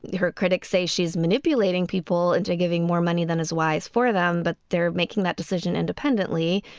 her critics say she's manipulating people into giving more money than is wise for them. but they're making that decision independently.